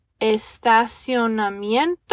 estacionamiento